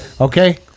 Okay